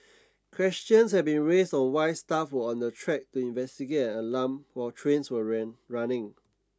questions have been raised on why staff were on the track to investigate an alarm while trains were ran running